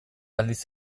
aldiz